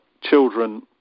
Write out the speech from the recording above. children